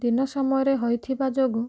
ଦିନ ସମୟରେ ହୋଇଥିବା ଯୋଗୁଁ